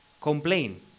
complain